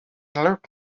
luke